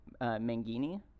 Mangini